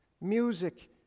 Music